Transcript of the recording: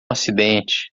acidente